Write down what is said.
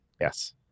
Yes